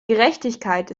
gerechtigkeit